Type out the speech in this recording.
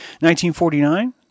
1949